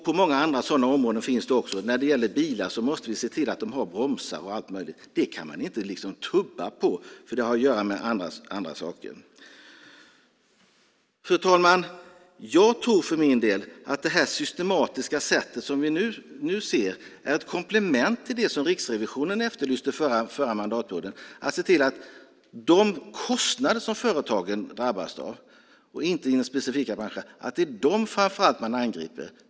På många andra sådana områden finns det också regler. När det gäller bilar måste vi se till att de har bromsar och allt möjligt. Det kan man liksom inte tubba på, för det har att göra med andra saker. Fru talman! Jag tror för min del att det systematiska sätt som vi nu ser är ett komplement till det Riksrevisionen efterlyste förra mandatperioden, att se till att det framför allt är de kostnader som företagen drabbas av, och inte inom specifika branscher, som man angriper.